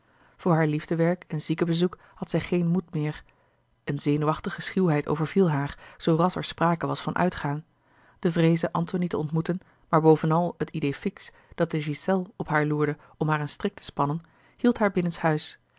voor haar liefdewerk en ziekenbezoek had zij geen moed meer eene zenuwachtige schuwheid overviel haar zoo ras er sprake was van uitgaan de vreeze antony te ontmoeten maar bovenal het idéé fixe dat de ghiselles op haar loerde om haar een strik te spannen hield haar binnenshuis